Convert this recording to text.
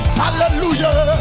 hallelujah